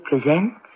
presents